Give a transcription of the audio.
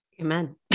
Amen